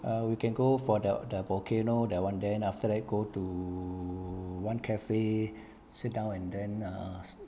ah we can go for the the volcano that [one] then after that go to oo one cafe sit down and then err